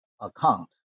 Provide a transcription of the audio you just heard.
account